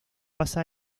pasa